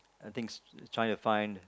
I think it's it's trying to find